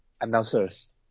announcers